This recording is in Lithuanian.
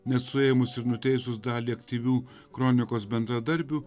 net suėmus ir nuteisus dalį aktyvių kronikos bendradarbių